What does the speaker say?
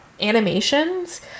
animations